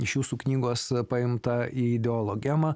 iš jūsų knygos paimtą ideologemą